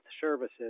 Services